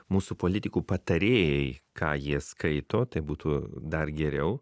mūsų politikų patarėjai ką jie skaito tai būtų dar geriau